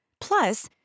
Plus